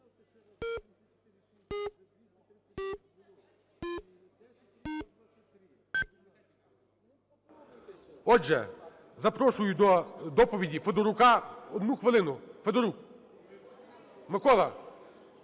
Отже, запрошую до доповідіФедорука, 1 хвилину. Федорук! Микола!